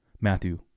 matthew